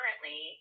Currently